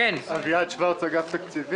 בקשה